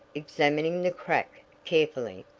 examining the crack carefully.